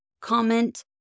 comment